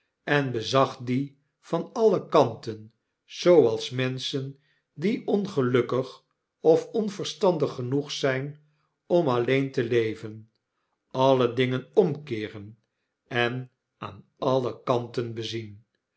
en bezag die van alle kanten zooals menschen die ongelukkig of onverstandig genoeg zijn om alleen te leven alle dingen omkeeren en aan alle kanten bezien